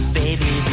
baby